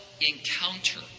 encounter